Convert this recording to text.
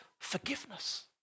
Forgiveness